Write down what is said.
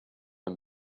him